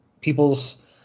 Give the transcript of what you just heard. people's